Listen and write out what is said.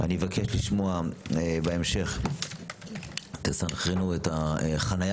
אני אבקש לשמוע בהמשך שאתם מסנכרנים את החניה